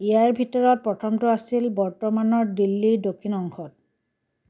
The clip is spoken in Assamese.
ইয়াৰ ভিতৰত প্ৰথমটো আছিল বৰ্তমানৰ দিল্লীৰ দক্ষিণ অংশত